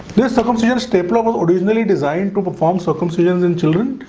is circumcision step level or is really designed to perform circumcisions in children.